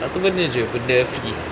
satu benda jer benda free